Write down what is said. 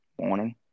morning